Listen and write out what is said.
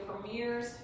premieres